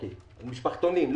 על המשפחתונים.